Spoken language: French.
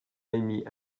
émis